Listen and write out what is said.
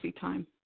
time